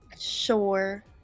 Sure